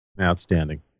Outstanding